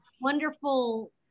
Wonderful